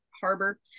Harbor